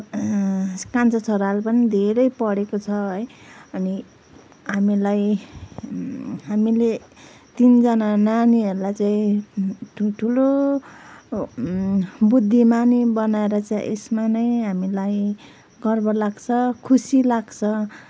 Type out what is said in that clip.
कान्छो छोराले पनि धेरै पढेको छ है अनि हामीलाई हामीले तिनजना नानीहरूलाई चाहिँ ठुलठुलो बुद्धिमानी बनाएर चाहिँ यसमा नै हामीलाई गर्व लाग्छ खुसी लाग्छ